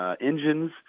Engines